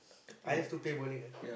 I love to play bowling ah